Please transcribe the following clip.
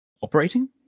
operating